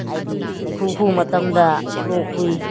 ꯍꯥꯏꯕꯗꯤ ꯃꯩꯈꯨ ꯈꯨꯕ ꯃꯇꯝꯗ ꯂꯣꯛ ꯈꯨꯏ